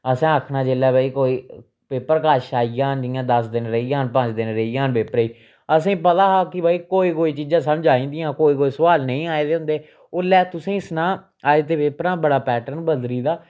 असें आखना जेल्लै भाई कोई पेपर कश आई जान जियां दस दिन रेही जान पंज दिन रेही जान पेपरै गी असेंगी पता हा कि भाई कोई कोई चीज़ां समझ आई जंदियां कोई कोई सुआल नी आए दे होंदे ओल्लै तुसेंगी सनां अज्ज दे पेपरें दा बड़ा पैट्रन बदली गेदा